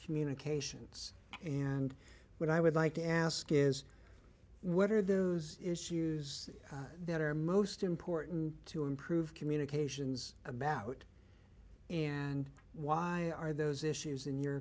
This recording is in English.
communications and what i would like to ask is what are the issues that are most important to improve communications about and why are those issues in your